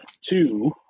two